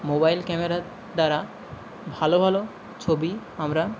mobile ক্যামেরার দ্বারা ভালো ভালো ছবি আমরা